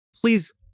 please